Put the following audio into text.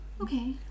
okay